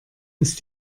ist